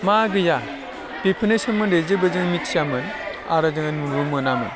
मा गैया बेफोरनि सोमोन्दै जेबो जों मिथियामोन आरो जोङो नुनो मोनामोन